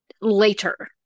later